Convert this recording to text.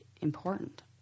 important